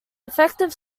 effective